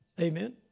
Amen